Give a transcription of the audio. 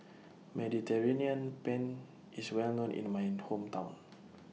Mediterranean Penne IS Well known in My Hometown